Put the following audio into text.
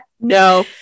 No